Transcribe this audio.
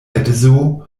edzo